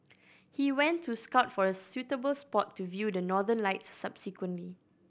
he went to scout for a suitable spot to view the Northern Lights subsequently